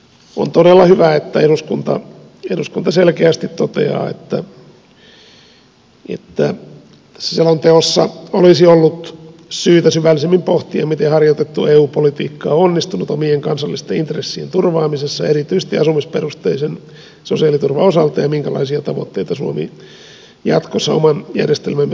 on todella hyvä että eduskunta selkeästi toteaa että tässä selonteossa olisi ollut syytä syvällisemmin pohtia miten harjoitettu eu politiikka on onnistunut omien kansallisten intressien turvaamisessa erityisesti asumisperusteisen sosiaaliturvan osalta ja miten suomi jatkossa toimii oman järjestelmämme säilyttämiseksi